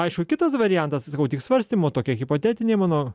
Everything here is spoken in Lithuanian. aišku kitas variantas sakau tik svarstymo tokia hipotetinė mano